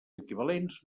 equivalents